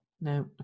No